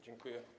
Dziękuję.